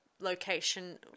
Location